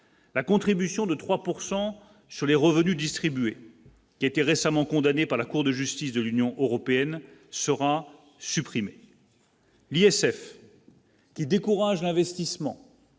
la contribution de 3 pourcent sur sur les revenus distribués, il a été récemment condamnée par la Cour de justice de l'Union européenne sera supprimé. L'ISF. Qui décourage investissement.